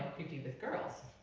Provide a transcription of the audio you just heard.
creepy with girls.